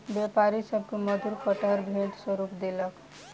व्यापारी सभ के मधुर कटहर भेंट स्वरूप देलक